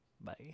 Bye